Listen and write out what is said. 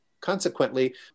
Consequently